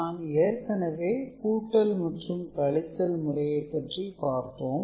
நான் ஏற்கனவே கூட்டல் மற்றும் கழித்தல் முறையை பற்றி பார்த்தோம்